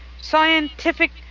scientific